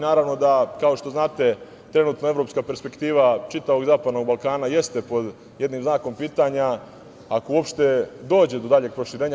Naravno da, kao što znate, trenutno evropska perspektiva čitavog zapadnog Balkana jeste pod jednim znakom pitanja, ako uopšte dođe do daljeg proširenja.